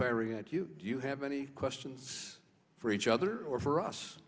firing at you do you have any questions for each other or for us